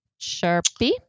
Sharpie